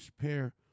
pair